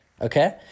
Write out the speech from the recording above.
okay